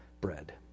bread